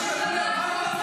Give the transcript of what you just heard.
זה בדיוק מה שאני אומר.